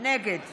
נגד